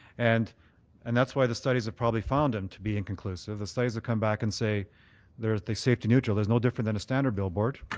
and and that's why the studies have probably found them to be inclusive. the studies come back and say they're safety neutral, they're no different than a standard billboard,